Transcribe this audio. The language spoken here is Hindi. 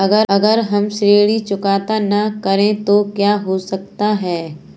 अगर हम ऋण चुकता न करें तो क्या हो सकता है?